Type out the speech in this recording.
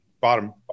bottom